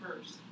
first